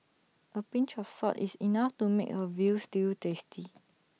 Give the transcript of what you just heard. A pinch of salt is enough to make A Veal Stew tasty